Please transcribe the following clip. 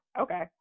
okay